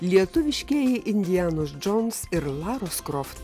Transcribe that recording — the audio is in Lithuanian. lietuviškieji indianos džons ir laros kroft